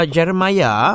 Jeremiah